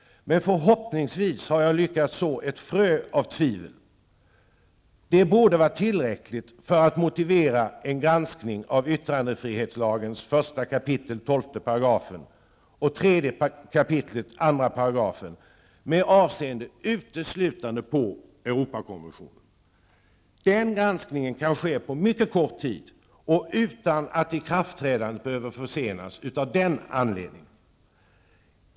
Men förhoppningsvis har jag lyckats så ett frö av tvivel. Det borde vara tillräckligt för att motivera en granskning av yttrandefrihetslagens 1 kap. 12 § och 3 kap. 2 § med avseende uteslutande på Europakonventionen. Den granskningen kan ske på mycket kort tid och utan att ikraftträdandet behöver försenas av den anledningen.